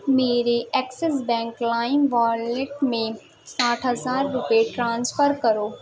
میرے Axis bank lime wallet میں ساٹھ ہزار روپے ٹرانسفر کرو